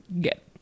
get